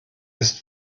ist